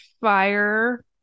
fire